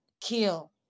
kill